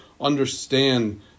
understand